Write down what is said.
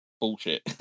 bullshit